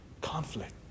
Conflict